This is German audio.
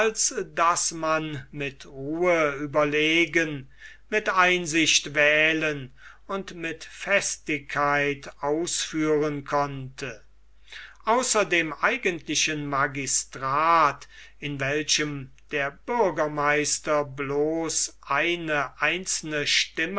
daß man mit ruhe überlegen mit einsicht wählen und mit festigkeit ausführen konnte außer dem eigentlichen magistrat in welchem der bürgermeister bloß eine einzelne stimme